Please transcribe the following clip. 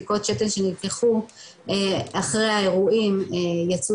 בדיקות שתן שנלקחו אחרי האירועים יצאו